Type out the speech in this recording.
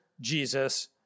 Jesus